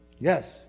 Yes